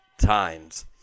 times